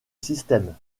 système